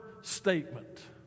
statement